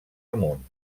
amunt